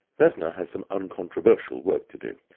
vesna has some uncontroversial work to do.